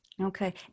Okay